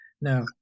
Now